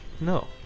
No